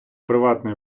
приватної